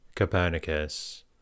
Copernicus